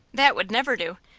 that would never do.